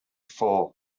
four